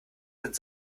sind